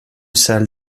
salle